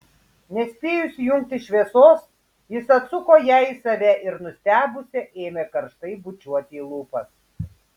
nespėjus įjungti šviesos jis atsuko ją į save ir nustebusią ėmė karštai bučiuoti į lūpas